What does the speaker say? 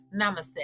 namaste